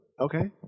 Okay